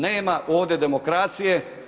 Nema ovdje demokracije.